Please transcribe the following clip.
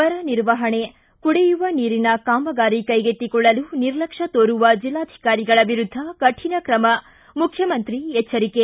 ಬರ ನಿರ್ವಹಣೆ ಕುಡಿಯುವ ನೀರಿನ ಕಾಮಗಾರಿ ಕೈಗೆತ್ತಿಕೊಳ್ಳಲು ನಿರ್ಲಕ್ಷ್ಯ ತೋರುವ ಜಿಲ್ಲಾಧಿಕಾರಿಗಳ ವಿರುದ್ದ ಕಠಿಣ ಕ್ರಮ ಮುಖ್ಯಮಂತ್ರಿ ಎಚ್ಚರಿಕೆ